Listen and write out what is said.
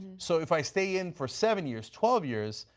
so if i stay in for seven years, twelve years,